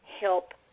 help